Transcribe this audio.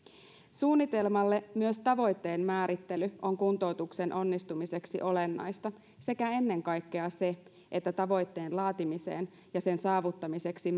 myös tavoitteen määrittely on kuntoutuksen onnistumiseksi olennaista sekä ennen kaikkea se että tavoitteen laatimiseen ja sen saavuttamiseksi